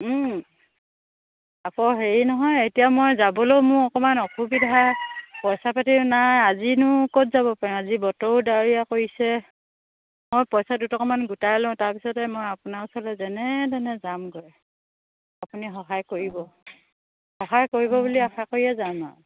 আকৌ হেৰি নহয় এতিয়া মই যাবলৈও মোৰ অকণমান অসুবিধা পইছা পাতিও নাই আজিনো ক'ত যাব পাৰি আজি বতৰ দাৱৰীয়া কৰিছে মই পইছা দুটকমান গোটাই লওঁ তাৰ পিছতে মই আপোনাৰ ওচৰলৈ যেনে তেনে যামগৈ আপুনি সহায় কৰিব সহায় কৰিব বুলি আশা কৰিয়ে যাম আৰু